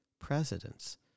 presidents